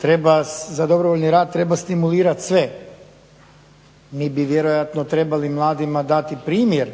Treba za dobrovoljni rad treba stimulirati sve. Mi bi vjerojatno trebali mladima dati primjer